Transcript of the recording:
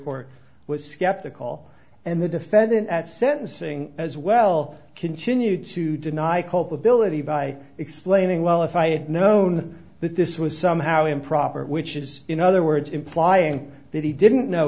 court was skeptical and the defendant at sentencing as well continued to deny culpability by explaining well if i had known that this was somehow improper which is in other words implying that he didn't know